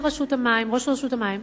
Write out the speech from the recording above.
וראש רשות המים,